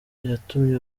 yatumye